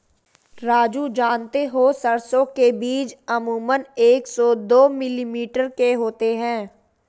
राजू जानते हो सरसों के बीज अमूमन एक से दो मिलीमीटर के होते हैं